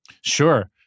Sure